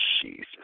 Jesus